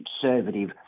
conservative